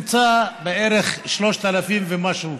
משנת 2000 נמצאו בערך 3,000 ומשהו.